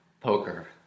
poker